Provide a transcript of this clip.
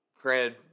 Granted